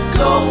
go